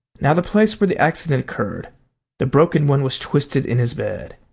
now the place where the accident occurred the broken one was twisted in his bed.